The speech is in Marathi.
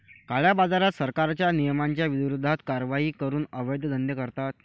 काळ्याबाजारात, सरकारच्या नियमांच्या विरोधात कारवाई करून अवैध धंदे करतात